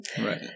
Right